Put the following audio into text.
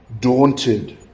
daunted